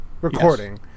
recording